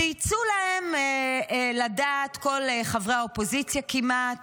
צייצו להם לדעת כל חברי הקואליציה כמעט